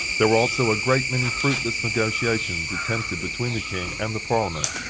there also a great many fruitless negotiations attempted between the king and the parliament,